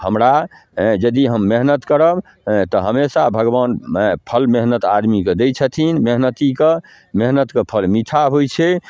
हमरा हेँ यदि हम मेहनति करब हेँ तऽ हमेशा भगवान हेँ फल मेहनति आदमीके दै छथिन मेहनतीके मेहनतिके फल मीठा होइ छै